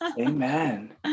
Amen